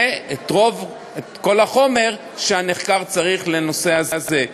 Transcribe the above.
ואת כל החומר שהנחקר צריך לנושא הזה.